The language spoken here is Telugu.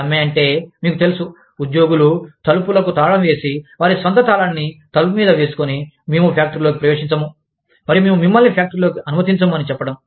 సమ్మె అంటే మీకు తెలుసు ఉద్యోగులు తలుపులకు తాళం వేసి వారి స్వంత తాళాన్ని తలుపు మీద వేసుకుని మేము ఫ్యాక్టరీలోకి ప్రవేశించము మరియు మేము మిమ్మల్ని ఫ్యాక్టరీలోకి అనుమతించము అని చెప్పడము